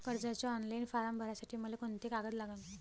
कर्जाचे online form भरासाठी मले कोंते कागद लागन?